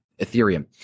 ethereum